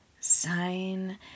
sign